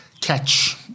catch